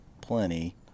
plenty